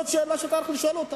זו שאלה שצריך לשאול.